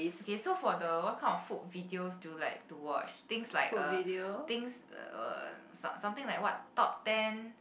okay so for the what kind of food videos do you like to watch things like uh things uh some something like what top ten